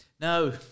No